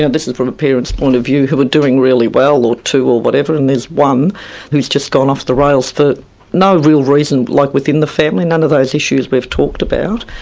this is from a parent's point of view. who are doing really well', or two or whatever, and there's one who's just gone off the rails for no real reason, like within the family. none of those issues we've talked about.